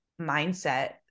mindset